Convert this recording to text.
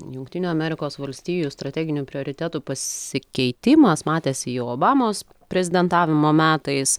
jungtinių amerikos valstijų strateginių prioritetų pasikeitimas matėsi jau obamos prezidentavimo metais